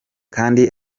kandi